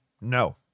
No